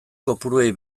kopuruei